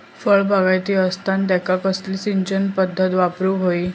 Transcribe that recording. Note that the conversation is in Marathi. फळबागायती असता त्यांका कसली सिंचन पदधत वापराक होई?